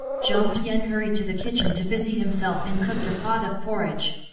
jiang tian hurried to the kitchen to busy himself and cooked a pot of porridge.